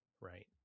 right